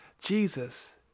Jesus